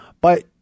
But-